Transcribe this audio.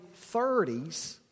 30s